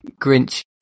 grinch